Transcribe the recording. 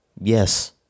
Yes